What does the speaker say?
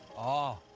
ah.